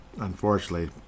unfortunately